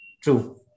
True